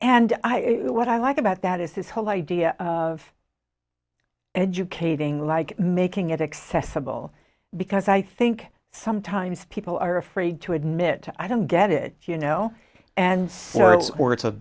and what i like about that is this whole idea of educating like making it accessible because i think sometimes people are afraid to admit i don't get it you know and so it's